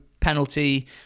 penalty